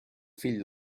fill